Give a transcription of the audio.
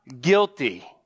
guilty